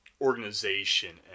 organization